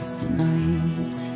tonight